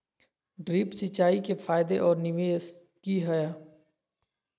Drip सिंचाई के फायदे और निवेस कि हैय?